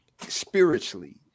spiritually